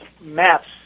maps